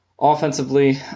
offensively